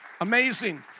Amazing